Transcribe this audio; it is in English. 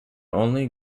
only